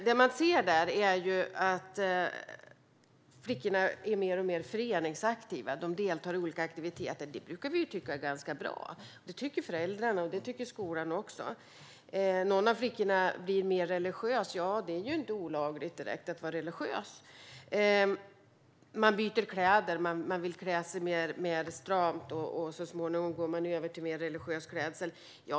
Det man ser är att flickorna blir mer och mer föreningsaktiva. De deltar i olika aktiviteter, vilket vi ju brukar tycka är ganska bra. Det tycker föräldrarna och även skolan. Någon av flickorna blir mer religiös, och det är ju inte direkt olagligt att vara religiös. Man byter klädstil och vill klä sig mer stramt. Så småningom går man över till mer religiös klädsel.